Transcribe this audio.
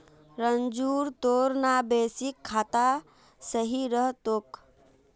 रंजूर तोर ना बेसिक बचत खाता सही रह तोक